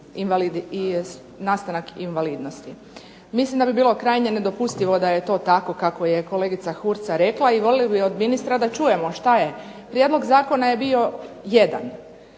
na nastanak invalidnosti. Mislim da bi bilo krajnje nedopustivo da je to tako kako je kolegica Hursa rekla i volili bi od ministra da čujemo šta je. Prijedlog zakona je bio jedan.